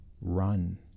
run